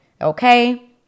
Okay